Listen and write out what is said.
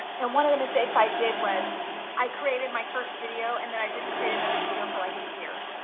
and one of the mistakes i did was i created my first video, and then i didn't create another video for like a year.